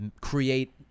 Create